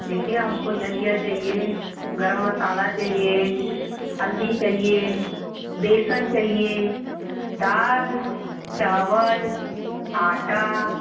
देखिए हम को धनिया चाहिए गरम मसाला चाहिए हल्दी चाहिए बेसन चाहिए दाल चावल आटा